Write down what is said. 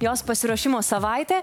jos pasiruošimo savaitė